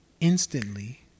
instantly